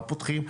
מה פותחים?